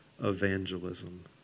evangelism